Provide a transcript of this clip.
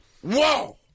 Whoa